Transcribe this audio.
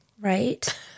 Right